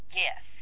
yes